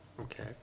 Okay